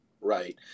right